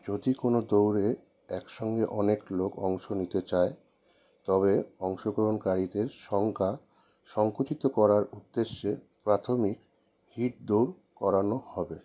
যদি কোনো দৌড়ে একসঙ্গে অনেক লোক অংশ নিতে চায় তবে অংশগ্রহণকারীদের সংখ্যা সংকুচিত করার উদ্দেশ্যে প্রাথমিক হিট দৌড় করানো হবে